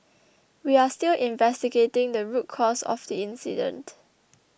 we are still investigating the root cause of the incident